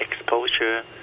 exposure